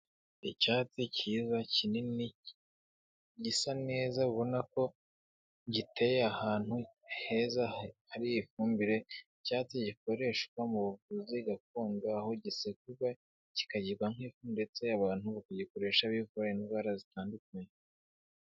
Icyatsi kiza, kinini gisa neza, ubona ko giteye ahantu heza hari ifumbire, icyatsi gikoreshwa mu buvuzi gakondo, aho gisekurwa kikagikwa nk'ifu ndetse abantu bakagikoresha bivura indwara zitandukanye.